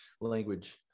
language